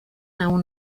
aún